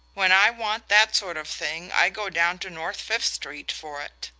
when i want that sort of thing i go down to north fifth street for it.